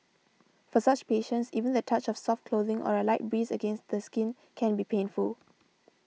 for such patients even the touch of soft clothing or a light breeze against the skin can be painful